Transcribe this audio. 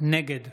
נגד